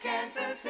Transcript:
Kansas